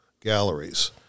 galleries